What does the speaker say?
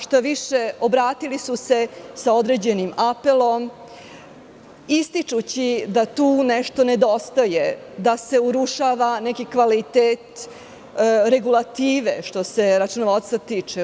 Štaviše, obratili su se sa određenim apelom, ističući da tu nešto nedostaje, da se urušava neki kvalitet regulative, što se računovodstva tiče.